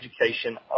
education